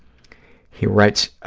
he writes,